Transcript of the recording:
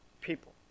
people